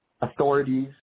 authorities